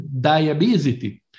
diabetes